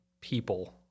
people